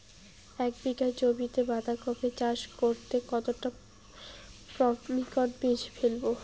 এক বিঘা জমিতে বাধাকপি চাষ করতে কতটা পপ্রীমকন বীজ ফেলবো?